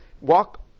walk